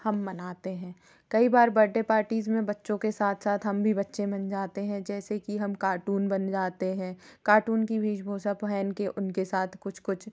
हम मनाते हैं कई बार बर्डे पार्टीज़ में बच्चों के साथ साथ हम भी बच्चे बन जाते हैं जैसे कि हम कार्टून बन जाते हैं कार्टून की वेश भूसा पहन के उनके साथ कुछ कुछ